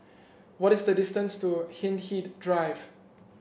what is the distance to Hindhede Drive